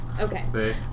Okay